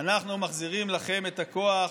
אנחנו מחזירים לכם את הכוח,